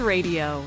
Radio